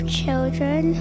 children